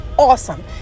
awesome